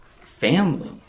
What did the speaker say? family